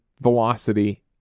velocity